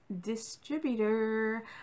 distributor